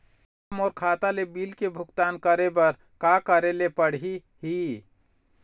मोला मोर खाता ले बिल के भुगतान करे बर का करेले पड़ही ही?